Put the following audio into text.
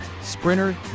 sprinter